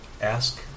ask